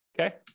okay